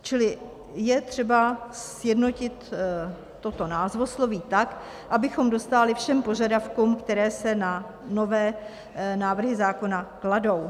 Čili je třeba sjednotit toto názvosloví tak, abychom dostáli všem požadavkům, které se na nové návrhy zákona kladou.